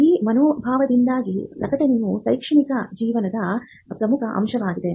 ಈ ಮನೋಭಾವದಿಂದಾಗಿ ಪ್ರಕಟಣೆಯು ಶೈಕ್ಷಣಿಕ ಜೀವನದ ಪ್ರಮುಖ ಅಂಶವಾಗಿದೆ